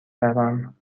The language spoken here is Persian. برم